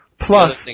Plus